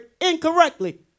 incorrectly